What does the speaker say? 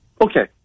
Okay